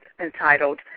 entitled